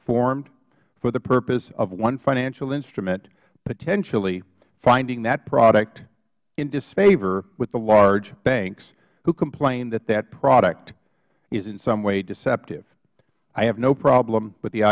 formed for the purpose of one financial instrument potentially finding that product in disfavor with the large banks who complain that that product is in some way deceptive i have no problem with the